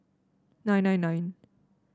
nine nine nine